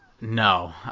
No